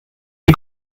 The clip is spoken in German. die